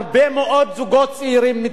הרבה מאוד זוגות צעירים,